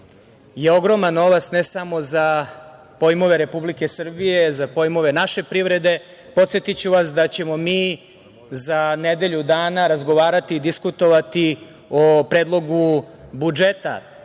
ogroman novac ne samo za pojmove Republike Srbije, za pojmove naše privrede. Podsetiću vas da ćemo mi za nedelju dana razgovarati i diskutovati o predlogu budžeta